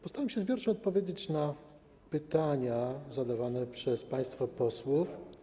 Postaram się zbiorczo odpowiedzieć na pytania zadawane przez państwa posłów.